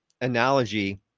analogy